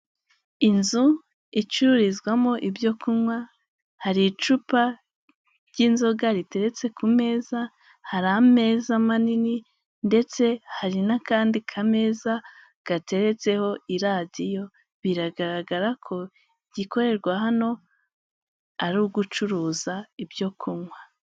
Inzu icururizwamo ibyo kunywa, hari icupa ry'inzoga riteretse ku meza, hari ameza manini, ndetse hari n'akandi kameza gateretseho iradiyo. Biragaragara ko igikorerwa hano ari ugucuruza ibyo kunywa.